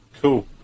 Cool